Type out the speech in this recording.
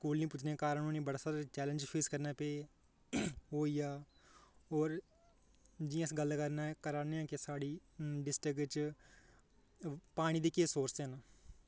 school निं पुज्जने कारण उ'नें गी बड़ा सारा चैलेंज फेस करने पे ओह् होई गेआ और जि'यां अस गल्ल करने करै ने आं कि साढ़ी डिस्ट्रिक बिच पानी दे केह् सोर्स न